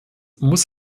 muss